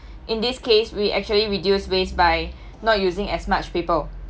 in this case we actually reduce waste by not using as much paper